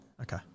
Okay